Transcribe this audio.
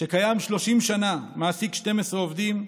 שקיים 30 שנה, מעסיק 12 עובדים.